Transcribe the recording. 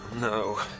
No